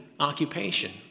Occupation